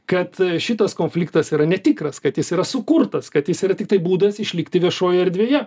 kad šitas konfliktas yra netikras kad jis yra sukurtas kad jis yra tiktai būdas išlikti viešojoj erdvėje